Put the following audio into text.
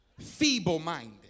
Feeble-minded